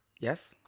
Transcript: Yes